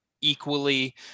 equally